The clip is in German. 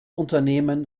unternehmen